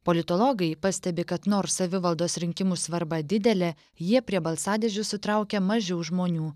politologai pastebi kad nors savivaldos rinkimų svarba didelė jie prie balsadėžių sutraukia mažiau žmonių